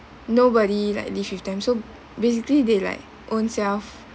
nobody like live with them so basically they like own self